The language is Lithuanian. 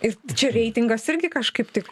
ir čia reitingas irgi kažkaip tik